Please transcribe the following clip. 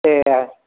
பெயரு